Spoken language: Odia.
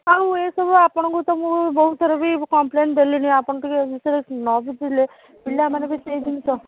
ଆଉ ଏସବୁ ଆପଣଙ୍କୁ ତ ମୁଁ ବହୁତଥର ବି କମ୍ପ୍ଲେନ୍ ଦେଲିଣି ଆପଣ ଟିକିଏ ଏ ବିଷୟରେ ନ ବୁଝିଲେ ପିଲାମାନେ ବି ସେଇ ଜିନିଷ